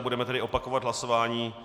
Budeme tedy opakovat hlasování.